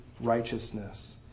righteousness